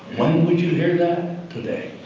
when would you hear that today?